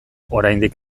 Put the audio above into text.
oraindik